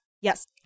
Yes